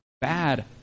bad